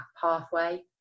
pathway